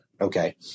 Okay